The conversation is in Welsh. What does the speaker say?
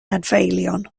adfeilion